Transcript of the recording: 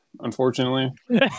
unfortunately